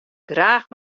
graach